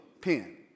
pen